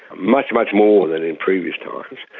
much, much more than in previous times.